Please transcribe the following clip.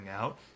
out